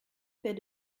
fait